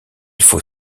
faut